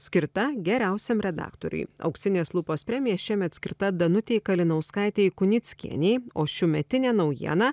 skirta geriausiam redaktoriui auksinės lupos premija šiemet skirta danutei kalinauskaitei kunickienei o šiųmetinė naujiena